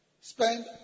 Spend